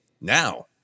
now